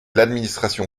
l’administration